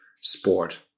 sport